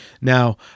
Now